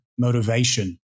motivation